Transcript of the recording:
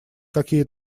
какие